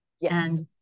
yes